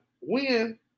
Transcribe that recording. win